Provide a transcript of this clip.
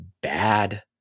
bad